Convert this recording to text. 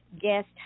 guest